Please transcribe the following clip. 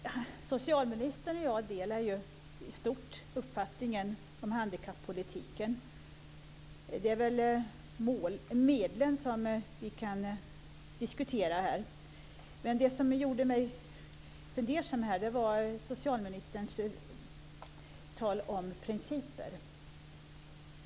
Herr talman! Socialministern och jag har i stort samma uppfattning om handikappolitiken. Det är väl medlen som vi kan diskutera här. Det som gjorde mig fundersam var socialministerns tal om principer.